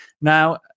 Now